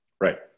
Right